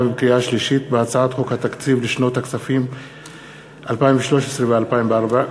ובקריאה שלישית בהצעת חוק התקציב לשנות הכספים 2013 ו-2014,